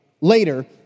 later